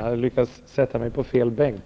Herr talman!